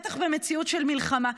בטח במציאות של מלחמה.